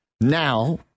now